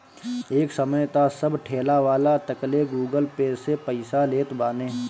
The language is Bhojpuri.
एक समय तअ सब ठेलावाला तकले गूगल पे से पईसा लेत बाने